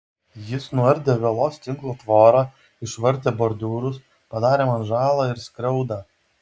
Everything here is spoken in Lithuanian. jis nuardė vielos tinklo tvorą išvartė bordiūrus padarė man žalą ir skriaudą